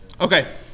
Okay